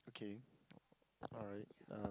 okay alright uh